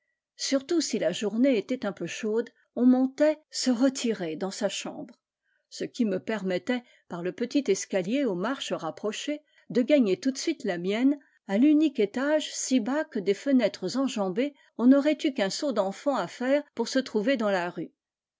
surtout si la journée était un peu chaude on montait se retirer dans sa chambre ce qui me permettait par le petit escalier aux marches rapprochées de gagner tout de suite la mienne à l'unique étage si bas que des fenêtres enjambées on n'aurait eu qu'un saut d'enfant à faire pour se trouver dans la rue